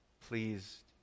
Please